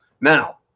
Now